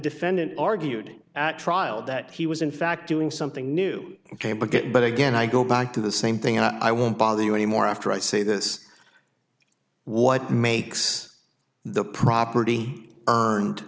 defendant argued at trial that he was in fact doing something new ok but good but again i go back to the same thing and i won't bother you anymore after i say this what makes the property earned